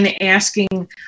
asking